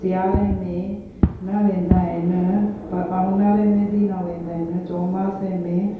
सिआरे में न वेंदा आइन ऊन्हारे में बि न वेंदा आहिनि चौमासे में